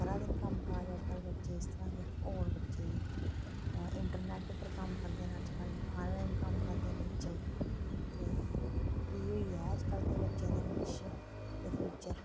करा दे न कम्म काज बच्चे इस तरह दे होर बच्चे इंटरनैट पर कम्म करदे न अज्जकल आनलाइन कम्म करदे न बच्चे ते इयो ऐ अज्जकल दे बच्चें दा भविश्य ते फ्युचर